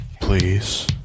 please